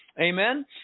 Amen